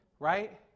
right